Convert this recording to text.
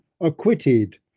acquitted